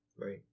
Right